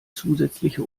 zusätzliche